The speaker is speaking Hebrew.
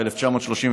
ב-1939,